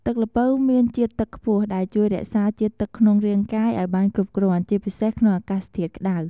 ទឹកល្ពៅមានជាតិទឹកខ្ពស់ ដែលជួយរក្សា ជាតិទឹកក្នុងរាងកាយ ឲ្យបានគ្រប់គ្រាន់ ជាពិសេសក្នុងអាកាសធាតុក្តៅ។